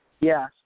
Yes